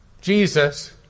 Jesus